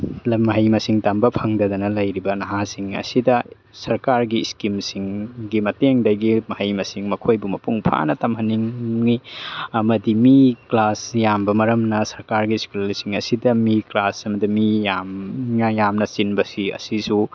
ꯃꯍꯩ ꯃꯁꯤꯡ ꯇꯝꯕ ꯐꯪꯗꯗꯅ ꯂꯩꯔꯤꯕ ꯅꯍꯥꯁꯤꯡ ꯑꯁꯤꯗ ꯁꯔꯀꯥꯔꯒꯤ ꯏꯁꯀꯤꯝꯁꯤꯡꯒꯤ ꯃꯇꯦꯡꯗꯒꯤ ꯃꯍꯩ ꯃꯁꯤꯡ ꯃꯈꯣꯏꯕꯨ ꯃꯄꯨꯡ ꯐꯥꯅ ꯇꯝꯍꯟꯅꯤꯡꯉꯤ ꯑꯃꯗꯤ ꯃꯤ ꯀ꯭ꯂꯥꯁ ꯌꯥꯝꯕ ꯃꯔꯝꯅ ꯁꯔꯀꯥꯔꯒꯤ ꯁ꯭ꯀꯨꯜꯁꯤꯡ ꯑꯁꯤꯗ ꯃꯤ ꯀ꯭ꯂꯥꯁ ꯑꯃꯗ ꯃꯤ ꯌꯥꯝꯅ ꯌꯥꯝꯅ ꯆꯤꯟꯕꯁꯤ ꯑꯁꯤꯁꯨ